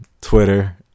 twitter